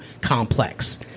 complex